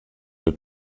der